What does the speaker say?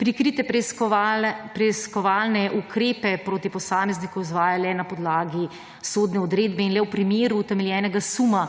prikrite preiskovalne ukrepe proti posamezniku izvaja le na podlagi sodne odredbe in le v primeru utemeljenega suma